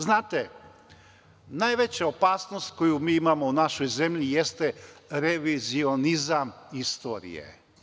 Znate, najveću opasnost koju mi imamo u našoj zemlji jeste revizionizam istorije.